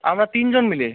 আমরা তিনজন মিলে